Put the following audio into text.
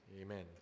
Amen